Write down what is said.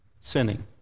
sinning